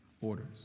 orders